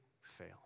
fail